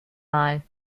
mal